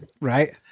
Right